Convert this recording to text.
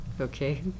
Okay